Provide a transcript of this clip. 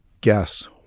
guess